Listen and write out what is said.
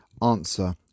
answer